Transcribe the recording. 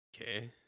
Okay